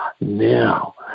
Now